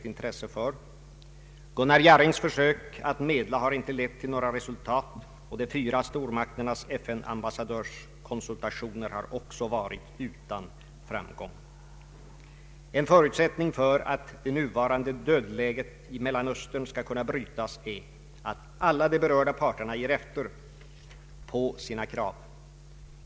Sveriges utrikesoch handelspolitik ligt intresse för. Gunnar Jarrings försök att medla har inte lett till några resultat, och de fyra stormakternas FN-ambasardörskonsultationer har också varit utan framgång. En förutsättning för att det nuvarande dödläget i Mellanöstern skall kunna brytas är att alla de berörda parterna ger efter på sina krav.